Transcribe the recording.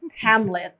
Hamlet